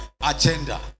agenda